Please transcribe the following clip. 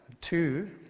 Two